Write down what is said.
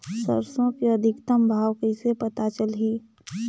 सरसो के अधिकतम भाव कइसे पता चलही?